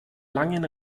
langen